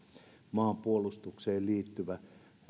maanpuolustukseen liittyvä